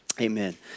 Amen